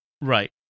right